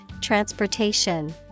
Transportation